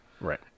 Right